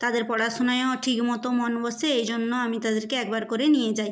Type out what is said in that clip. তাদের পড়াশুনায়ও ঠিক মতো মন বসে এই জন্য আমি তাদেরকে একবার করে নিয়ে যাই